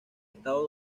estado